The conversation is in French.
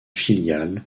filiale